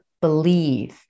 believe